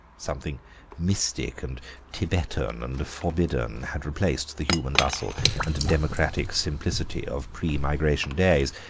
something mystic and tibetan and forbidden had replaced the human bustle and democratic simplicity of pre-migration days,